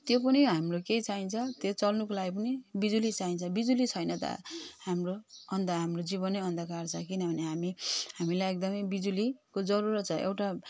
त्यो पनि हाम्रो के चाहिन्छ त्यो चल्नुको लागि पनि बिजुली चाहिन्छ बिजुली छैन त अन्ध हाम्रो जीवनै अन्धकार छ किनभने हामी हामीलाई एकदमै बिजुलीको जरुरत छ एउटा